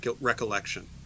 recollection